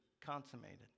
consummated